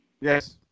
Yes